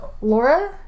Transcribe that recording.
laura